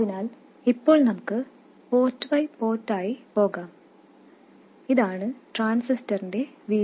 അതിനാൽ ഇപ്പോൾ നമുക്ക് പോർട്ട് ബൈ പോർട്ട് ആയി പോകാം ഇതാണ് ട്രാൻസിസ്റ്ററിന്റെ VGS